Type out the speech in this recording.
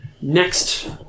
next